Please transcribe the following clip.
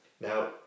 Now